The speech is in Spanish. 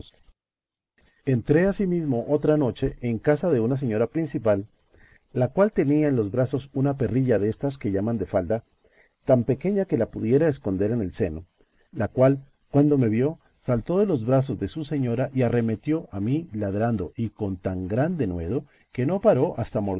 entré asimismo otra noche en casa de una señora principal la cual tenía en los brazos una perrilla destas que llaman de falda tan pequeña que la pudiera esconder en el seno la cual cuando me vio saltó de los brazos de su señora y arremetió a mí ladrando y con tan gran denuedo que no paró hasta